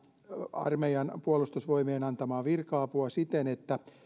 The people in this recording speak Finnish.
armeijan puolustusvoimien antamaa virka apua siten että